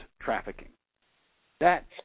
trafficking—that